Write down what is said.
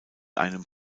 einem